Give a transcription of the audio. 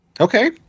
Okay